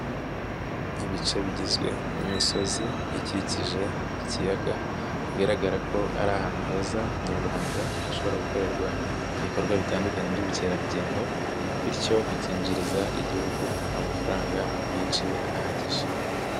Ibice bigizwe n'imisozi ikikije ikiyaga, bigaragara ko ari ahantu heza nyaburanga, hashobora gukorerwa ibikorwa bitandukanye by'ubukerarugendo, bityo bikinjiriza igihugu amafaranga menshi ahagije.